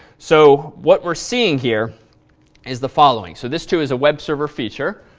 so, what we're seeing here is the following. so this two is a web server feature.